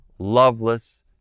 loveless